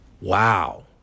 Wow